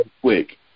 quick